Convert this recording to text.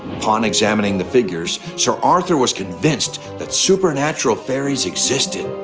upon examining the figures, sir arthur was convinced that supernatural fairies existed.